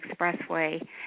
expressway